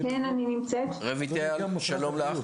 אני חושב שזה מקום לדיון ארוך.